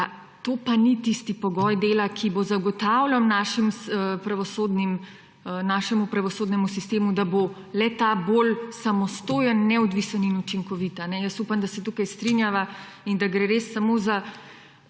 to pa ni tisti pogoj dela, ki bo zagotavljal našemu pravosodnemu sistemu, da bo le-ta bolj samostojen, neodvisen in neučinkovit. Jaz upam, da se tukaj strinjava in da gre res samo za